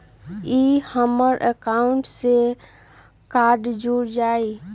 ई हमर अकाउंट से कार्ड जुर जाई?